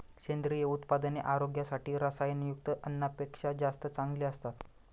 सेंद्रिय उत्पादने आरोग्यासाठी रसायनयुक्त अन्नापेक्षा जास्त चांगली असतात